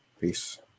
Peace